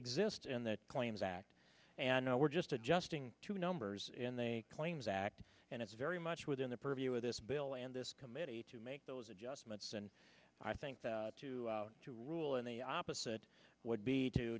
exist in the claims act and now we're just adjusting to numbers and they claims act and it's very much within the purview of this bill and this committee to make those adjustments and i think that to to rule in the opposite would be to